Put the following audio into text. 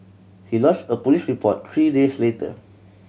he lodged a police report three days later